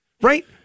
Right